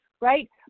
Right